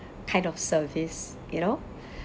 kind of service you know